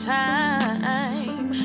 time